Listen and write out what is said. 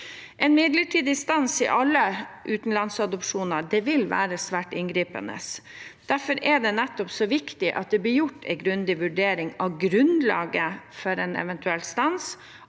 En midlertidig stans i alle utenlandsadopsjoner vil være svært inngripende. Derfor er det så viktig at det blir gjort en grundig vurdering av grunnlaget for en eventuell stans,